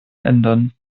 ändern